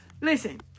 listen